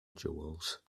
jewels